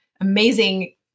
amazing